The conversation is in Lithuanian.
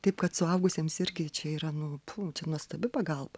taip kad suaugusiems irgi čia yra nu čia nuostabi pagalba